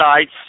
sites